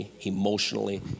emotionally